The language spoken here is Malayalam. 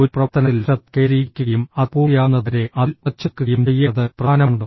ഒരു പ്രവർത്തനത്തിൽ ശ്രദ്ധ കേന്ദ്രീകരിക്കുകയും അത് പൂർത്തിയാകുന്നതുവരെ അതിൽ ഉറച്ചുനിൽക്കുകയും ചെയ്യേണ്ടത് പ്രധാനമാണ്